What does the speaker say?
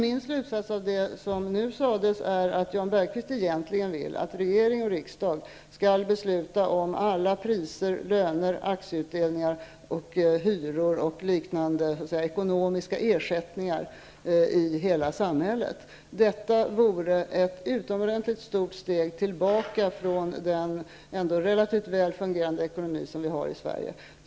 Min slutsats av det som nu sades är att Jan Bergqvist egentligen vill att regering och riksdag skall fatta beslut om alla priser, löner, aktieutdelningar, hyror och liknande, dvs. ekonomiska ersättningar i hela samhället. Detta vore ett utomordentligt stort steg tillbaka från den relativt väl fungerande ekonomi som vi har i Sverige.